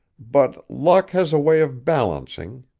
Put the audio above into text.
but luck has a way of balancing.